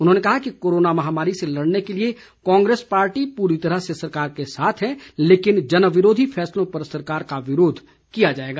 उन्होंने कहा कि कोरोना महामारी से लड़ने के लिए कांग्रेस पार्टी पूरी तरह से सरकार के साथ है लेकिन जनविरोधी फैसलों पर सरकार का विरोध किया जाएगा